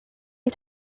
you